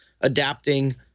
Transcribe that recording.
adapting